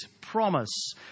promise